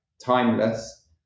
timeless